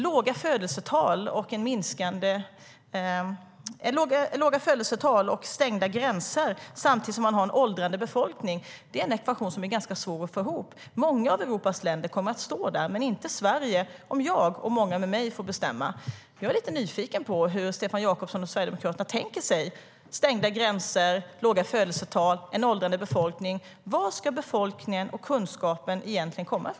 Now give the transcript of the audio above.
Låga födelsetal och stängda gränser samtidigt som man har en åldrande befolkning är en ekvation som är ganska svår att få ihop.